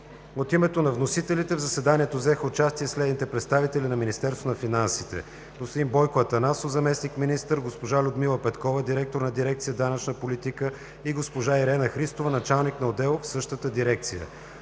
От името на вносителите в заседанието взеха участие следните представители на Министерството на финансите: господин Бойко Атанасов – заместник-министър, госпожа Людмила Петкова – директор на дирекция „Данъчна политика“ и госпожа Ирена Христова – началник на отдел в същата дирекция.